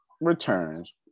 returns